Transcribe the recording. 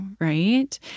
right